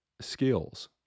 skills